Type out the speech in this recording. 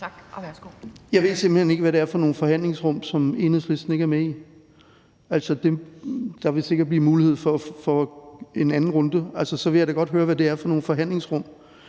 Jeg ved simpelt hen ikke, hvad det er for nogle forhandlingsrum, som Enhedslisten ikke er med i. Altså, der vil sikkert blive mulighed for en anden runde, og så vil jeg da godt høre, hvad det er for nogle forhandlingsrum.